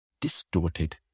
distorted